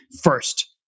first